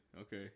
Okay